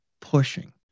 pushing